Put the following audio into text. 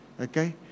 Okay